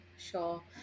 Sure